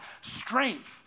strength